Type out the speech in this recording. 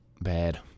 bad